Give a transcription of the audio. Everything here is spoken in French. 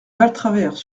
valtravers